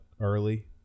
early